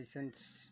इसंट्स